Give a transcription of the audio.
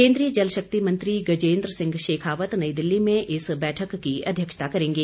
केंद्रीय जलशक्ति मंत्री गजेंद्र सिंह शेखावत नई दिल्ली में इस बैठक की अध्यक्षता करेंगे